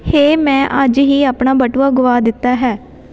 ਹੇ ਮੈਂ ਅੱਜ ਹੀ ਆਪਣਾ ਬਟੂਆ ਗੁਆ ਦਿੱਤਾ ਹੈ